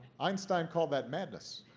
einstein called that madness.